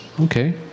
Okay